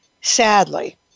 sadly